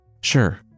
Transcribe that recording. Sure